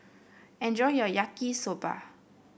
enjoy your Yaki Soba